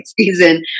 season